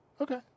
Okay